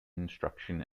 instruction